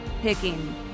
picking